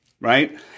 right